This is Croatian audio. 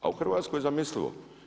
A u Hrvatskoj je zamislivo.